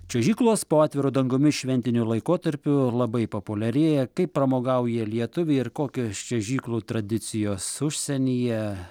čiuožyklos po atviru dangumi šventiniu laikotarpiu labai populiarėja kaip pramogauja lietuviai ir kokios čiuožyklų tradicijos užsienyje